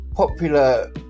Popular